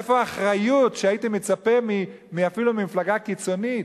איפה האחריות שהייתי מצפה אפילו ממפלגה קיצונית,